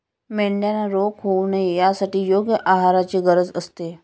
मेंढ्यांना रोग होऊ नये यासाठी योग्य आहाराची गरज असते